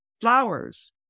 flowers